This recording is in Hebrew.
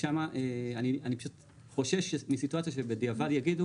אני פשוט חושש מסיטואציה שבדיעבד יגידו